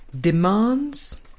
Demands